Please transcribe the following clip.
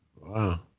Wow